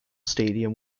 stadium